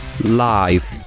live